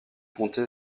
comté